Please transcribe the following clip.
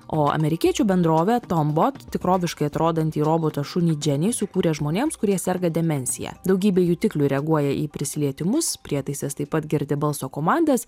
o amerikiečių bendrovė tombot tikroviškai atrodantį robotą šunį dženį sukūrė žmonėms kurie serga demencija daugybė jutiklių reaguoja į prisilietimus prietaisas taip pat girdi balso komandas